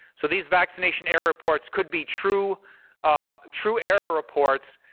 so these vaccination error reports could be true ah true error reports,